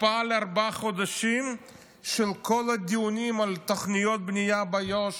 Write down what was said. הקפאה של כל הדיונים על תוכניות בנייה ביו"ש